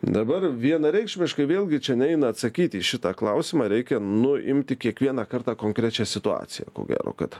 dabar vienareikšmiškai vėlgi čia neina atsakyt į šitą klausimą reikia nu imti kiekvieną kartą konkrečią situaciją ko gero kad